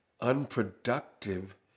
unproductive